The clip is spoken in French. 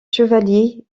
chevaliers